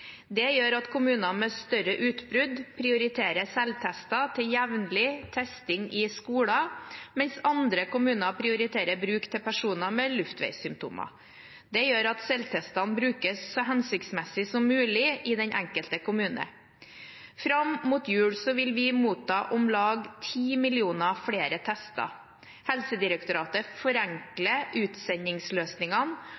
Det gjør at kommuner med større utbrudd prioriterer selvtester til jevnlig testing i skoler, mens andre kommuner prioriterer bruk til personer med luftveissymptomer. Det gjør at selvtestene brukes så hensiktsmessig som mulig i den enkelte kommune. Fram mot jul vil vi motta om lag 10 millioner flere tester. Helsedirektoratet